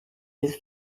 his